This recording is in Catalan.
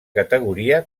categoria